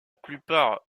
plupart